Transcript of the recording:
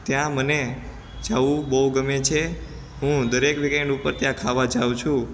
ત્યાં મને જવું બહુ ગમે છે હું દરેક વિકેન્ડ ઉપર ત્યાં ખાવા જાઉં છું